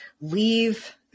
leave